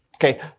Okay